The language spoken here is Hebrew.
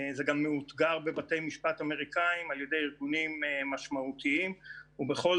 זה גם מאותגר בבתי משפט אמריקאים על ידי ארגונים משמעותיים ובכל